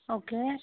okay